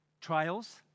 Trials